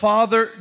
Father